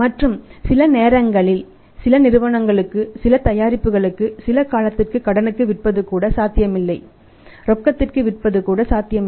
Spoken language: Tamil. மற்றும் சிலநேரங்களில் சில நிறுவனங்களுக்கு சில தயாரிப்புகளுக்கு சில காலத்திற்கு கடனுக்கு விற்பதுகூட சாத்தியமில்லை ரொக்கத்திற்கு விற்பதுகூட சாத்தியமில்லை